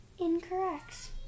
Incorrect